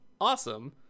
awesome